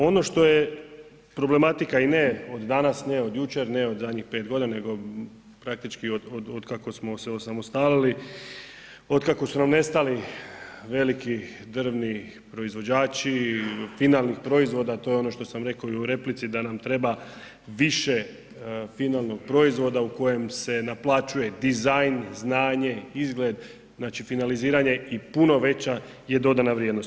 Ono što je problematika i ne od danas, ne od jučer, ne od zadnjih 5 godina nego praktički od kako smo se osamostalili, od kako su nam nestali veliki drvni proizvođači finalnih proizvoda, a to je ono što sam rekao i u replici da nam treba više finalnog proizvoda u kojem se naplaćuje dizajn, znanje, izgled, znači finaliziranje i puno veća je dodana vrijednost.